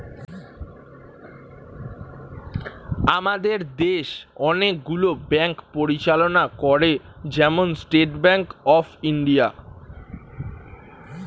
আমাদের দেশ অনেক গুলো ব্যাঙ্ক পরিচালনা করে, যেমন স্টেট ব্যাঙ্ক অফ ইন্ডিয়া